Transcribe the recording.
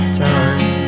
time